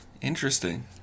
Interesting